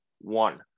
one